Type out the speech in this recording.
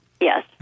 Yes